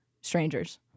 Strangers